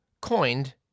coined